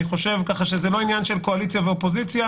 כך שזה לא ענין של קואליציה ואופוזיציה.